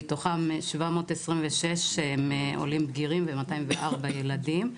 מתוכם 726 הם עולים בגירים ו-204 ילדים.